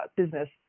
business